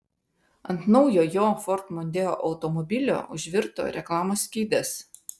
ant naujo jo ford mondeo automobilio užvirto reklamos skydas